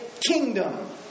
kingdom